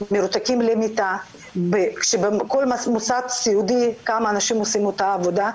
מרותקים למיטה כשבכל מוסד סיעודי כמה אנשים עושים את העבודה,